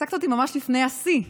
הפסקת אותי ממש לפני השיא,